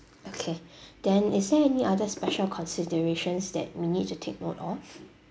okay then is there any other special considerations that we need to take note of